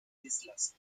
islas